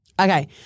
Okay